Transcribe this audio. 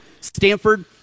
Stanford